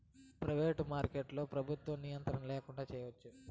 private మార్కెట్లో ప్రభుత్వ నియంత్రణ ల్యాకుండా చేయచ్చు